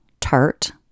tart